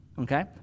okay